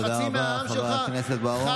תודה רבה, חבר הכנסת בוארון.